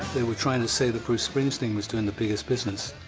they were trying to say that bruce springsteen was doing the biggest business.